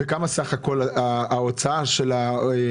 כמה סך הכול ההוצאה של המוסדות?